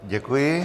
Děkuji.